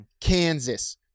Kansas